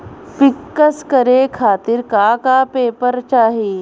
पिक्कस करे खातिर का का पेपर चाही?